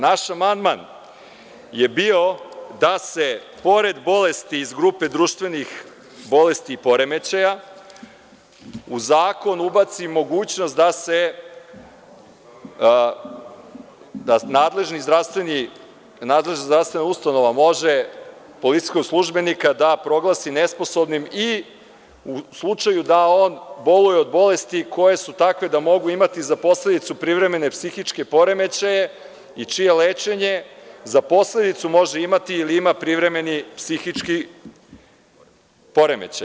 Naš amandman je bio da se pored bolesti iz grupe društvenih bolesti i poremećaja u zakon ubaci mogućnost da nadležna zdravstvena ustanova može policijskog službenika da proglasi nesposobnim i u slučaju da on boluje od bolesti koje su takve da mogu imati za posledicu privremene psihičke poremećaje i čije lečenje za posledicu može imati i ima privremeni psihički poremećaj.